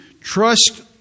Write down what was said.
trust